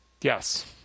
yes